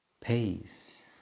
pace